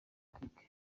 politiki